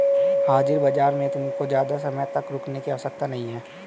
हाजिर बाजार में तुमको ज़्यादा समय तक रुकने की आवश्यकता नहीं है